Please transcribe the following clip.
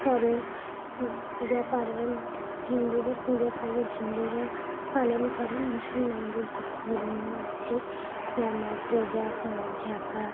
চড়ক পূজা পার্বণ হিন্দুদের পূজা পার্বণ হিন্দুরা পালন করেন মুসলমানদের যত ধর্মীয় আছে নামাজ রোজা জাকাত